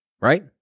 right